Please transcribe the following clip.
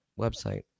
website